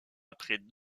après